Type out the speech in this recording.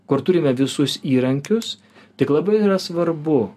kur turime visus įrankius tik labai yra svarbu